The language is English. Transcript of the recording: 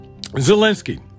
Zelensky